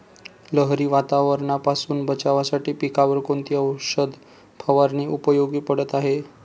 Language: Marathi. लहरी वातावरणापासून बचावासाठी पिकांवर कोणती औषध फवारणी उपयोगी पडत आहे?